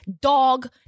dog